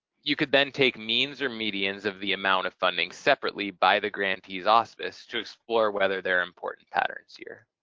you could then take means or medians of the amount of funding separately by the grantees auspice to explore whether they're important patterns here.